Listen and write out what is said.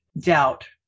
doubt